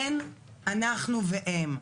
אין אנחנו והם.